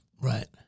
Right